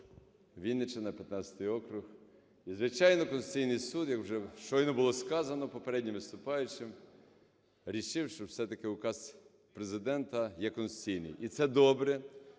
Вінниччина, 15 округ. Звичайно, Конституційний Суд, як вже щойно було сказано попереднім виступаючим, рішив, що, все-таки, указ Президента є конституційний. І це добре.